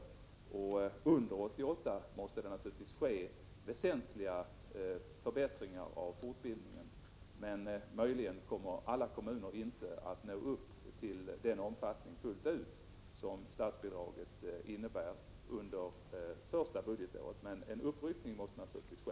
Under 1988 måste det naturligtvis ske väsentliga förbättringar av fortbildningen, men möjligen kommer inte alla kommuner att fullt ut nå upp till den omfattning som statsbidraget medger under det första budgetåret. En uppryckning måste dock naturligtvis ske.